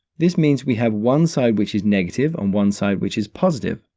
this means we have one side which is negative and one side which is positive,